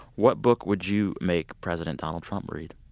what book would you make president donald trump read,